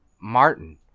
Martin